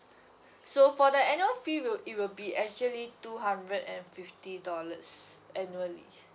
so for the annual fee will it will be actually two hundred and fifty dollars annually